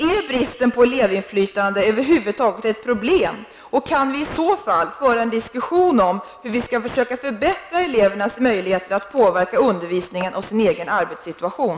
Är bristen på elevinflytande över huvud taget ett problem, och kan vi i så fall föra en diskussion om hur vi skall försöka förbättra elevernas möjligheter att påverka undervisningen och sin egen arbetssituation?